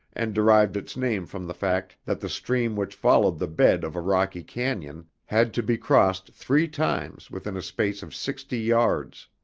and derived its name from the fact that the stream which followed the bed of a rocky canon, had to be crossed three times within a space of sixty yards.